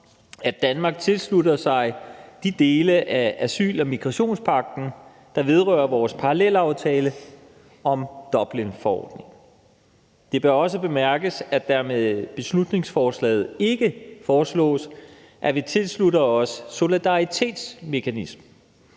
at Danmark tilslutter sig de dele af asyl- og migrationspagten, der vedrører vores parallelaftale om Dublinforordningen. Det bør også bemærkes, at der med beslutningsforslaget ikke foreslås, at vi tilslutter os solidaritetsmekanismen,